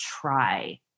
try